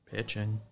Pitching